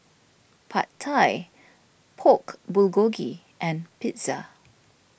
Pad Thai Pork Bulgogi and Pizza